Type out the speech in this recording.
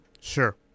Sure